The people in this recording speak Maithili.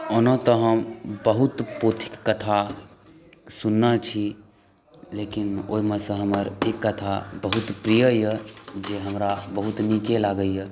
ओना तऽ हम बहुत पोथीके कथा सुनने छी लेकिन ओहि मे सँ हमर एक कथा बहुत प्रिय अछि जे हमरा बहुत नीके लागैया